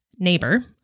neighbor